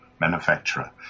Manufacturer